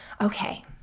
Okay